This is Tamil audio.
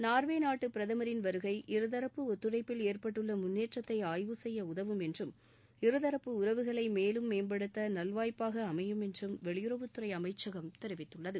நார்வே நாட்டுப் பிரதமரின் வருகை இருதரப்பு ஒத்துழைப்பில் ஏற்பட்டுள்ள முன்னேற்றத்தை ஆய்வு செய்ய உதவும் என்றும் இருதரப்பு உறவுகளை மேலும் மேம்படுத்த நல்வாய்ப்பாக அமையும் என்றும் வெளியுறவுத்துறை அமைச்சகம் தெரிவித்துள்ளது